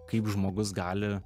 kaip žmogus gali